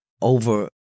over